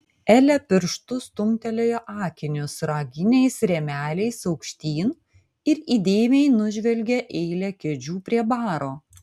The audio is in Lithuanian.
elė pirštu stumtelėjo akinius raginiais rėmeliais aukštyn ir įdėmiai nužvelgė eilę kėdžių prie baro